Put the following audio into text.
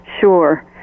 Sure